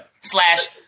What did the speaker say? Slash